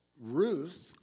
Ruth